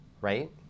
Right